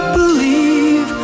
believe